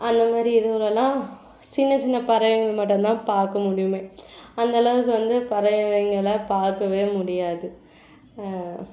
அந்தமாதிரி இதுவுலெல்லாம் சின்ன சின்ன பறவைங்கள் மட்டும்தான் பார்க்க முடியுமே அந்தளவுக்கு வந்து பறவைங்களை பார்க்கவே முடியாது